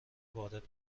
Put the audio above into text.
وارد